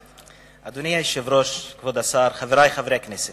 אדוני היושב-ראש, כבוד השר, חברי חברי הכנסת,